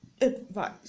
advice